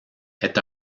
est